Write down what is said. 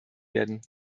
werden